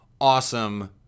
awesome